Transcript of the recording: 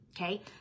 Okay